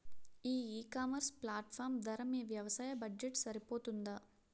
ఈ ecommerce platform ధర మీ వ్యవసాయ బడ్జెట్ సరిపోతుందా?